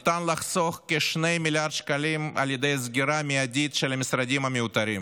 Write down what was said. ניתן לחסוך כ-2 מיליארד שקלים על ידי סגירה מיידית של המשרדים המיותרים.